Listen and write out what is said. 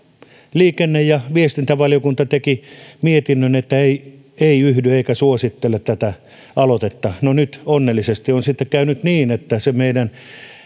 liikenne ja viestintävaliokunta teki mietinnön että ei yhdy eikä suosittele tätä aloitetta no nyt onnellisesti on sitten käynyt niin että se meidän